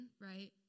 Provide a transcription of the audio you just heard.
right